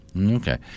Okay